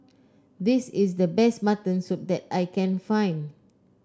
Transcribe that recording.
this is the best Mutton Soup that I can find